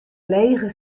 lege